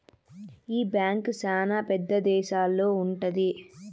ఈ బ్యాంక్ శ్యానా పెద్ద దేశాల్లో ఉంటది